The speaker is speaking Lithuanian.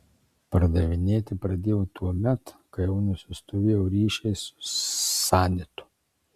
pardavinėti pradėjo tuomet kai jau nusistovėjo ryšiai su sanitu